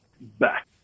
Back